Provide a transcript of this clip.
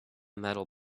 metal